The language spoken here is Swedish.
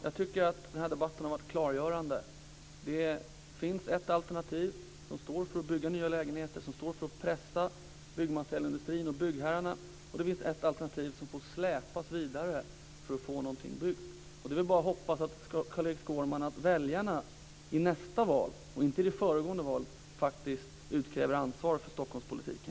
Jag tycker att den här debatten har varit klargörande. Det finns ett alternativ som står för byggande av nya lägenheter och för att pressa byggmaterialindustrin och byggherrarna och det finns ett alternativ som får släpas vidare när det gäller att få någonting byggt. Det är väl bara att hoppas, Carl-Erik Skårman, att väljarna i nästa val faktiskt utkräver ansvar för Stockholmspolitiken.